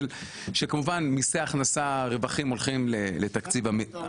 אז יש את מיסי הכנסה שזה צד אחד של הכנסה שהולכת לתקציב המדינה,